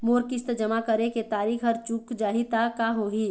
मोर किस्त जमा करे के तारीक हर चूक जाही ता का होही?